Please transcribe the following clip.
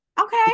okay